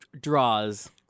draws